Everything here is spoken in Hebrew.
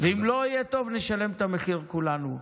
ואם לא יהיה טוב, נשלם את המחיר כולנו.